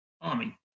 army